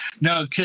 no